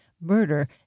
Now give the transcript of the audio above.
murder